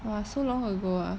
!wah! so long ago ah